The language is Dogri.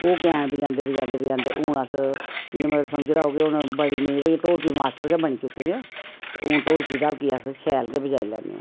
ते ओह् कैन बजांदे बजांदे बजांदे मतलब हून अस मतलब समझी लैओ कि बड़ी नेईं वा इ'यां ढोल्की मास्टर गै बनी चुके दे आं ते हून ढोल्की ढाल्की अस शैल गै बजाई लैने आं